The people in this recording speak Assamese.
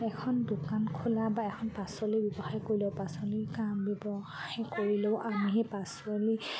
এখন দোকান খোলা বা এখন পাচলি ব্যৱসায় কৰিলেও পাচলিৰ কাম ব্যৱসায় কৰিলেও আমি সেই পাচলি